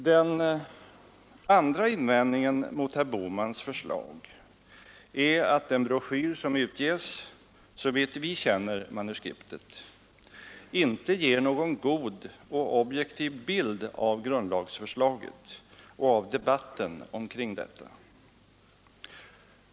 Den andra invändningen mot herr Bohmans förslag är att den broschyr som utges — såvitt vi känner manuskriptet — inte ger någon god och objektiv bild av grundlagsförslaget och av debatten omkring detta.